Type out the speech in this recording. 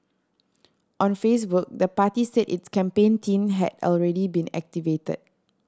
on Facebook the party said its campaign team had already been activated